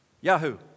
Yahoo